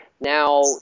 Now